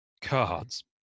cards